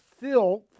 filth